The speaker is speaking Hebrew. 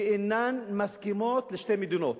שאינן מסכימות לשתי מדינות,